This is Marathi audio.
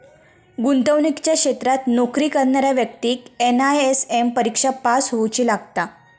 गुंतवणुकीच्या क्षेत्रात नोकरी करणाऱ्या व्यक्तिक एन.आय.एस.एम परिक्षा पास होउची लागता